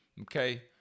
okay